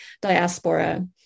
diaspora